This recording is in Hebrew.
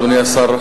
אדוני השר,